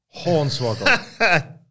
Hornswoggle